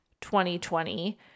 2020